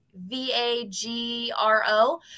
V-A-G-R-O